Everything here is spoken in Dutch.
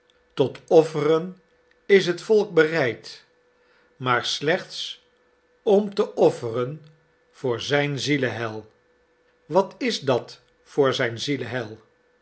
tot offeren is het volk bereid maar slechts om te offeren voor zijn zieleheil wat is dat voor zijn